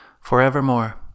forevermore